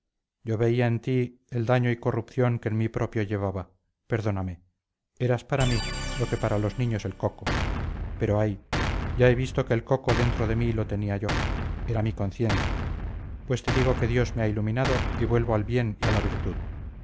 yo veía en ti el daño y corrupción que en mí propio llevaba perdóname eras para mí lo que para los niños el coco pero ay ya he visto que el coco dentro de mí lo tenía yo era mi conciencia pues te digo que dios me ha iluminado y vuelvo al bien y a la virtud